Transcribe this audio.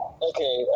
Okay